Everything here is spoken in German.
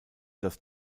das